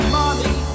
money